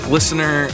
Listener